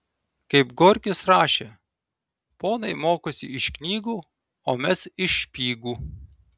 kaip gorkis rašė ponai mokosi iš knygų o mes iš špygų